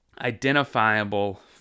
identifiable